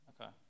okay